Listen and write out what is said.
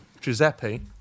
Giuseppe